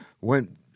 went